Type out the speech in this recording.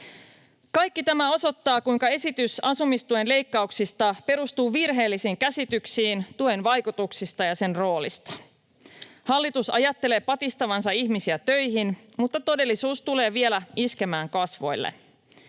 Kaikki tämä osoittaa, kuinka esitys asumistuen leikkauksista perustuu virheellisiin käsityksiin tuen vaikutuksista ja sen roolista. Hallitus ajattelee patistavansa ihmisiä töihin, mutta todellisuus tulee vielä iskemään kasvoille.